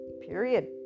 period